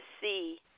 see